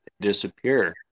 disappear